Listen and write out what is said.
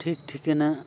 ᱴᱷᱤᱠ ᱴᱷᱤᱠᱟᱹᱱᱟ